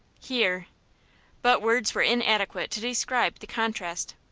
here but words were inadequate to describe the contrast.